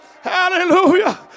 Hallelujah